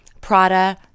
Prada